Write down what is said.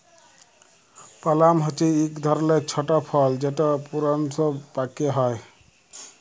পালাম হছে ইক ধরলের ছট ফল যেট পূরুনস পাক্যে হয়